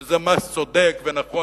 שזה מס צודק ונכון,